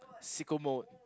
sicko mode